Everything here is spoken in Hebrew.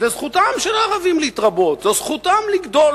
זו זכותם של הערבים להתרבות, זו זכותם לגדול